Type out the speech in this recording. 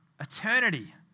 eternity